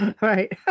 Right